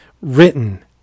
written